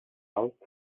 alt